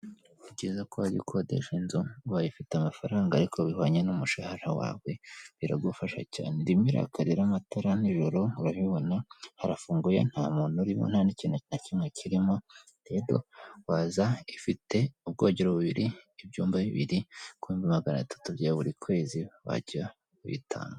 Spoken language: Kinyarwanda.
Ni byiza ko wajya ukodesha inzu ubaye ufite amafaranga ariko bihwanye n'umushahara wawe biragufasha cyane, irimo iraka rero amatara nijoro murabibona harafunguye nta muntu urimo nta n'ikintu na kimwe kirimo rero waza ifite ubwogero bubiri, ibyumba bibiri, ku bihumbi magana atatu bya buri kwezi wajya ubitanga.